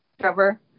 Trevor